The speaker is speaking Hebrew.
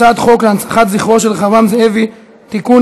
הצעת חוק להנצחת זכרו של רחבעם זאבי (תיקון,